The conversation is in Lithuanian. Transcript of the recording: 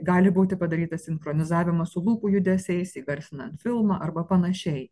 gali būti padarytas sinchronizavimas su lūpų judesiais įgarsinant filmą arba panašiai